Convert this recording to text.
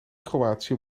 kroatië